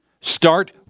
start